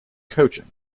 coaching